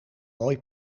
mooi